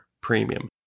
premium